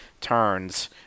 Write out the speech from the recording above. turns